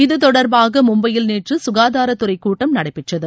இது தொடர்பாக மும்பையில் நேற்று சுகாதாரத்துறை கூட்டம் நடைபெற்றது